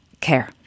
care